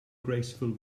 graceful